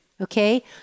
Okay